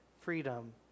freedom